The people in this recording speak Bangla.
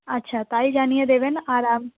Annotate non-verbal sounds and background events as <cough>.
আচ্ছা তাই জানিয়ে দেবেন আর <unintelligible>